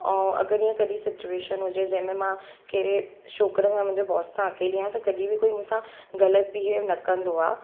ऐं अगरि हीअं कॾहिं सिच्यूएशन हुजे जंहिं में मां कहिड़े छोकिरे सां मुंहिंजे बॉस सां अकेली आहियां त कॾहिं बि मूंसां ग़लति बिहेव न कंदो आहे